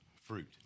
fruit